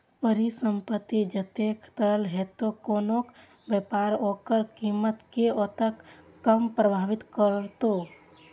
परिसंपत्ति जतेक तरल हेतै, कोनो व्यापार ओकर कीमत कें ओतेक कम प्रभावित करतै